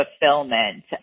fulfillment